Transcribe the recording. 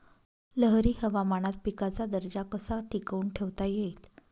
लहरी हवामानात पिकाचा दर्जा कसा टिकवून ठेवता येईल?